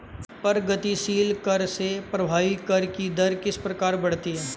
प्रगतिशील कर से प्रभावी कर की दर किस प्रकार बढ़ती है?